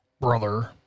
brother